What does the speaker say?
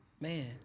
man